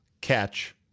catch